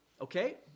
Okay